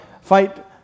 fight